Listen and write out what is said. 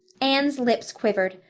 anne's lips quivered,